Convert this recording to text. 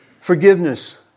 forgiveness